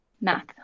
Math